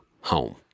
home